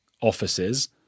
offices